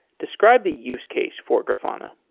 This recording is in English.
describe the use case for grafana.